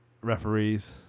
referees